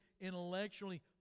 intellectually